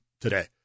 today